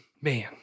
Man